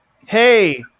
Hey